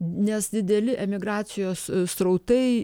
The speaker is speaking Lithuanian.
nes dideli emigracijos srautai